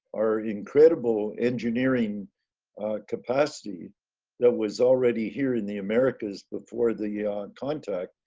our incredible engineering capacity that was already here in the americas before the contact,